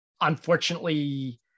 unfortunately